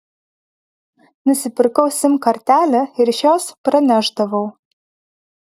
nusipirkau sim kortelę ir iš jos pranešdavau